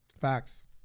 Facts